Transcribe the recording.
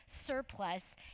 surplus